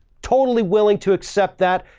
totally willing to accept that,